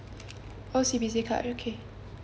O_C_B_C card okay